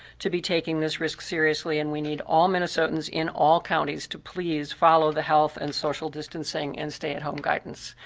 to be taking this risk seriously and we need all minnesotans in all counties to please follow the health and social distance tansing and stay-at-home guidance.